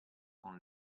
con